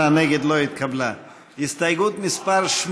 ההסתייגות (7)